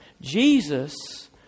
Jesus